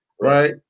right